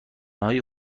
های